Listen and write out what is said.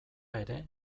ere